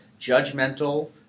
judgmental